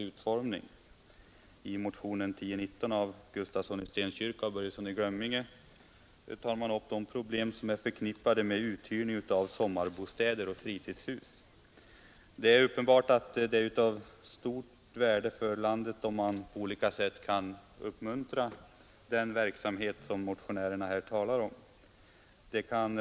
Som vi närmare utvecklat i reservationen 3 måste det anses vara ett samhällsintresse att enskilt bostadssparande äger rum både i form av egnahem och i form av delägarskap i bostadsrättsförening.